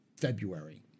February